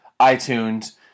iTunes